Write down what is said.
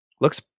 looks